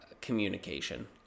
communication